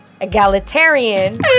egalitarian